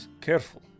Careful